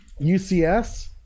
UCS